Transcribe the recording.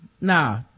Nah